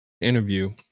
interview